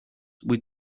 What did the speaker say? with